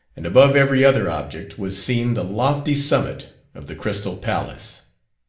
and above every other object, was seen the lofty summit of the crystal palace.